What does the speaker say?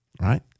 right